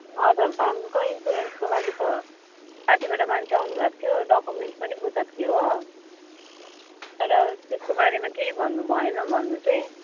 हजुर धानको इन्सुरेन्सको लागि त माथिबाट मान्छे आउनु भएको थियो डकुमेन्ट्स पनि बुझाएको थियो हो तर त्यसको बारेमा केही भन्नु भएन भन्नु चाहिँ